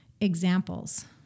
examples